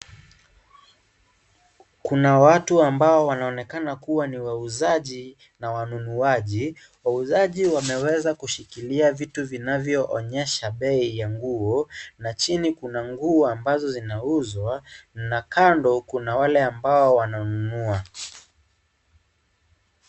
Kuna watu ambao wanaonekana kuwa ni wauzaji na wanunuaji. Wauzaji wameweza kushikilia vitu vinavyoonyesha bei ya nguo na chini kuna nguo mabazo zinauzwa na kando kuna wale ambao wananunua.